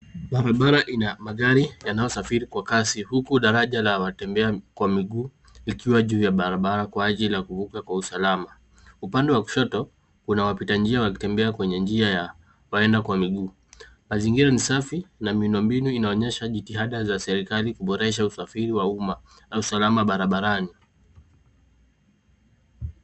Barabara ina magari yanayosafiri kwa kasi huku daraja la watembea kwa miguu likiwa juu ya barabara kwa ajili ya kuvuka kwa usalama. Upande wa kushoto, kuna wapita njia wakitembea kwenye njia ya waenda kwa miguu. Mazingira ni safi na miundombinu inaonyesha jitihada za serikali kuboresha usafiri wa umma usalama barabarani.